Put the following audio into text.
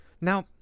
Now